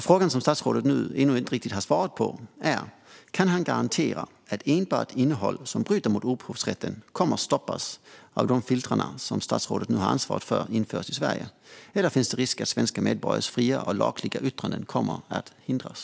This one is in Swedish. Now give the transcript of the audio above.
Frågan som statsrådet ännu inte riktigt har svarat på är: Kan han garantera att enbart innehåll som bryter mot upphovsrätten kommer att stoppas av de filter som nu - vilket statsrådet har ansvaret för - införs i Sverige? Eller finns det risk att svenska medborgares fria och lagliga yttranden kommer att hindras?